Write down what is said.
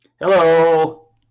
Hello